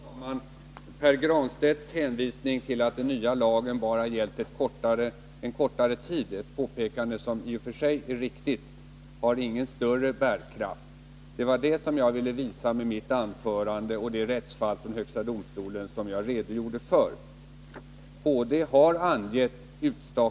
Fru talman! Pär Granstedts understrykande av att lagen bara gällt en kortare tid — ett påpekande som i och för sig är riktigt — har ingen större bärkraft. Det var detta som jag ville visa med mitt anförande och de rättsfall av högsta domstolen som jag redogjorde för.